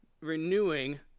renewing